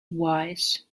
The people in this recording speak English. wise